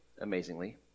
amazingly